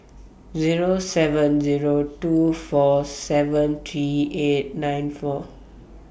Zero seven Zero two four seven three eight nine four